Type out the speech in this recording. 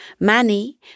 Manny